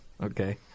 Okay